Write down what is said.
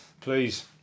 Please